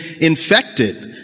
infected